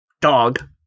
Dog